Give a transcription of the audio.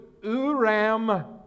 Uram